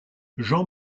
jean